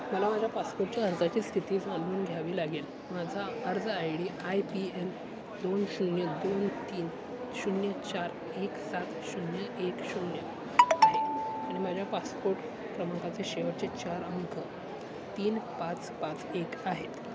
मला माझ्या पासपोटच्या अर्जाची स्थिती जाणून घ्यावी लागेल माझा अर्ज आय डी आयपीएल दोन शून्य दोन तीन शून्य चार एक सात शून्य एक शून्य आहे आणि माझ्या पासपोट क्रमांकाचे शेवटचे चार अंक तीन पाच पाच एक आहेत